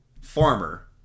farmer